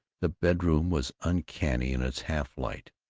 the bedroom was uncanny in its half-light,